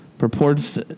purports